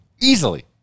easily